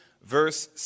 Verse